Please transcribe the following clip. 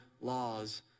laws